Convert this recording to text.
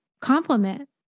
compliment